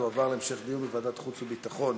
תועבר להמשך דיון בוועדת החוץ והביטחון.